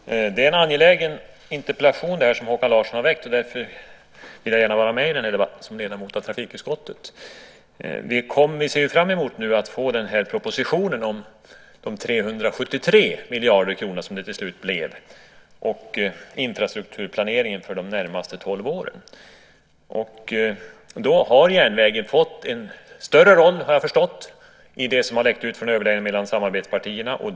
Fru talman! Det är en angelägen interpellation som Håkan Larsson har väckt, och därför vill jag gärna vara med i den här debatten som ledamot av trafikutskottet. Vi ser nu fram emot att få propositionen om de 373 miljarder kronor som det till slut blev avseende infrastrukturplaneringen för de närmaste tolv åren. Då har järnvägen, såvitt jag har förstått av det som har läckt ut från överläggningarna mellan samarbetspartierna, fått en större roll.